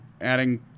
adding